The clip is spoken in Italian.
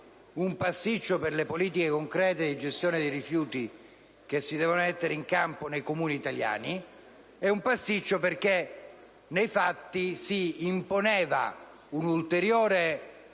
un pasticcio per le politiche concrete di gestione dei rifiuti che si devono mettere in campo nei Comuni italiani. Si tratta di un pasticcio perché, nei fatti, si impone un ulteriore